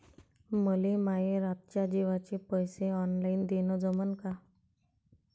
मले माये रातच्या जेवाचे पैसे ऑनलाईन देणं जमन का?